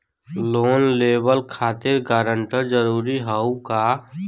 Loan लेवब खातिर guarantor जरूरी हाउ का?